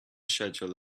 schedule